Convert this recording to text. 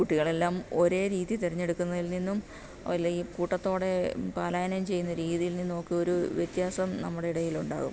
കുട്ടികളെല്ലാം ഒരേ രീതി തെരഞ്ഞെടുക്കുന്നതിൽ നിന്നും അല്ലെങ്കിൽ കൂട്ടത്തോടെ പാലായനം ചെയ്യുന്ന രീതിയിൽ നിന്നും ഒക്കെ ഒരു വ്യത്യാസം നമ്മുടെ ഇടയിൽ ഉണ്ടാവും